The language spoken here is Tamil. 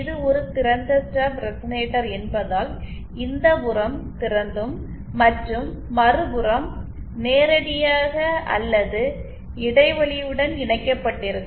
இது ஒரு திறந்த ஸ்டப் ரெசனேட்டர் என்பதால் இந்த புறம் திறந்தும் மற்றும் மறுபுறம் நேரடியாக அல்லது இடைவெளியுடன் இணைக்கப்பட்டிருக்கும்